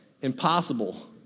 Impossible